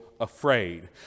afraid